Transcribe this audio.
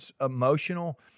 emotional